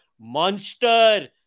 monster